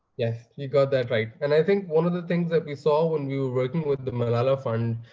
yes, you got that right. and i think one of the things that we saw when we were working with the malala fund,